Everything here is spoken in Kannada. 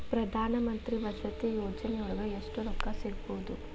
ಪ್ರಧಾನಮಂತ್ರಿ ವಸತಿ ಯೋಜನಿಯೊಳಗ ಎಷ್ಟು ರೊಕ್ಕ ಸಿಗಬೊದು?